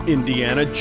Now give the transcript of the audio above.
Indiana